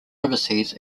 overseas